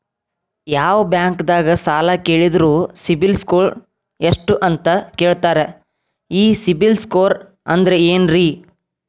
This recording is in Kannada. ಯಾವ ಬ್ಯಾಂಕ್ ದಾಗ ಸಾಲ ಕೇಳಿದರು ಸಿಬಿಲ್ ಸ್ಕೋರ್ ಎಷ್ಟು ಅಂತ ಕೇಳತಾರ, ಈ ಸಿಬಿಲ್ ಸ್ಕೋರ್ ಅಂದ್ರೆ ಏನ್ರಿ?